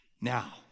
Now